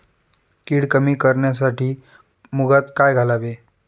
कीड कमी करण्यासाठी मुगात काय घालावे?